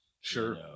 Sure